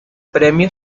premio